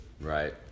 right